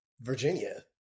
virginia